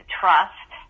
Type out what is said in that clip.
trust